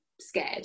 scared